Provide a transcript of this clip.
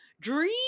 Dream